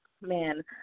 Man